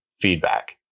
feedback